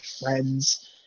friends